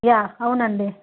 yeah అవునండి